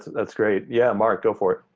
that's great. yeah, mark, go for it.